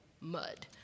mud